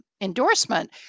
endorsement